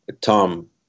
Tom